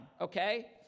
Okay